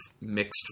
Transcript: mixed